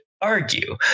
argue